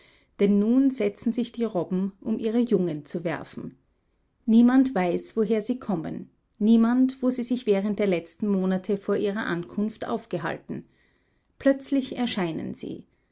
denn nun setzen sich die robben um ihre jungen zu werfen niemand weiß woher sie kommen niemand wo sie sich während der letzten monate vor ihrer ankunft aufgehalten plötzlich erscheinen sie